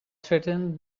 threatened